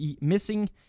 Missing